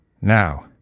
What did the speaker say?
Now